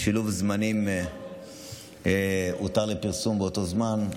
בשילוב זמנים, הותר לפרסום באותו זמן,